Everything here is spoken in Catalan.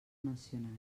mencionats